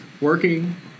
working